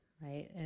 Right